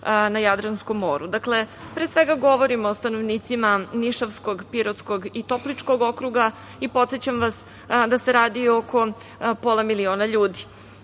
na Jadranskom moru. Pre svega govorim o stanovnicima Nišavskog, Pirotskog i Topličkog okruga i podsećam vas da se radi o oko pola miliona ljudi. Dakle,